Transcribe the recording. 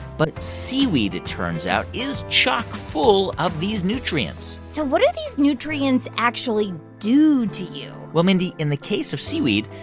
but seaweed, it turns out, is chock full of these nutrients so what do these nutrients actually do to you? well, mindy, in the case of seaweed,